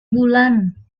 bulan